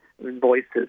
voices